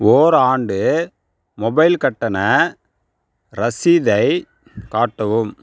ஓர் ஆண்டு மொபைல் கட்டண ரசீதைக் காட்டவும்